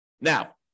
Now